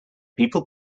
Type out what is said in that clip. people